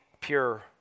pure